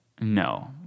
no